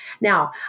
Now